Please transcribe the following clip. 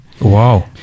Wow